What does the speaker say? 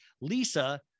Lisa